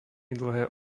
dlhé